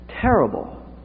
terrible